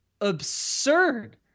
absurd